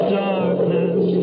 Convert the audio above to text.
darkness